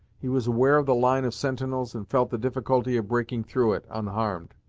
he was aware of the line of sentinels, and felt the difficulty of breaking through it, unharmed.